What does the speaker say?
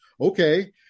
okay